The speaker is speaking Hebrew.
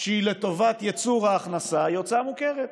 שהיא לטובת ייצור ההכנסה היא הוצאה מוכרת.